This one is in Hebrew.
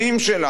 הליבה שלה,